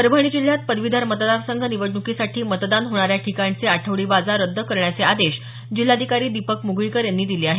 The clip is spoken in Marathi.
परभणी जिल्ह्यात पदवीधर मतदारसंघ निवडणूकीसाठी मतदान होणाऱ्या ठिकाणचे आठवडी बाजार रद्द करण्याचे आदेश जिल्हाधिकारी दीपक मुगळीकर यांनी दिले आहेत